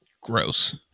Gross